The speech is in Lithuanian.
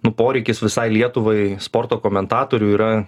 nu poreikis visai lietuvai sporto komentatorių yra